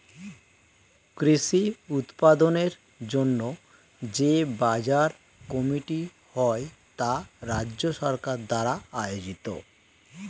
কৃষি উৎপাদনের জন্য যে বাজার কমিটি হয় তা রাজ্য সরকার দ্বারা আয়োজিত